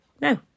no